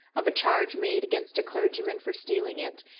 of a charge made against a clergyman for stealing it,